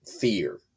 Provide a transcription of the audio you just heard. fear